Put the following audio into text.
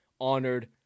honored